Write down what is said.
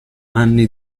anni